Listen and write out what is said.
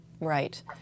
right